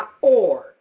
.org